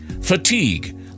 Fatigue